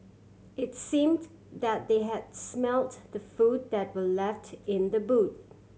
it's seemed that they had smelt the food that were left in the boot